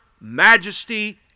majesty